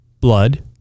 blood